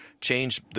change